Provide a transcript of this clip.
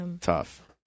tough